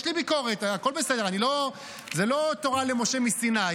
יש לי ביקורת, הכול בסדר, זו לא תורה למשה מסיני.